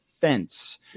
fence